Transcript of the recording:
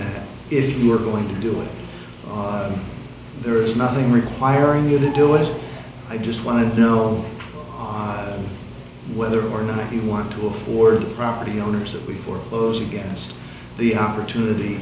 that if you are going doing there is nothing requiring you to do it i just want to know whether or not you want to afford property owners that we foreclose against the opportunity